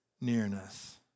nearness